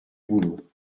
boulot